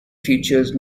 features